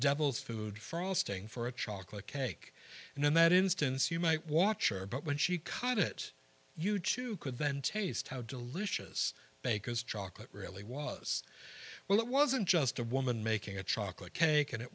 devil's food frosting for a chocolate cake and in that instance you might watch her but when she caught it you chew could then taste how delicious baker's chocolate really was well it wasn't just a woman making a chocolate cake and it